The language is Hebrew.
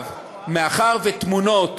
מאחר שתמונות,